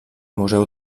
museu